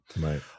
Right